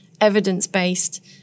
evidence-based